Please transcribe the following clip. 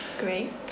Great